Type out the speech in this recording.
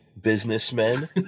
businessmen